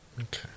Okay